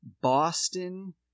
Boston